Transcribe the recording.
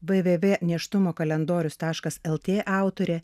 www nėštumo kalendorius lt autorė